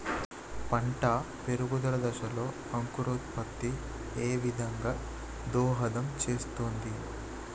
పంట పెరుగుదల దశలో అంకురోత్ఫత్తి ఏ విధంగా దోహదం చేస్తుంది?